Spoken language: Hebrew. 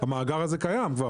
המאגר קיים.